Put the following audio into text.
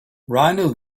rhino